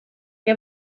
que